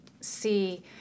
see